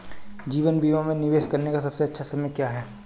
जीवन बीमा में निवेश करने का सबसे अच्छा समय क्या है?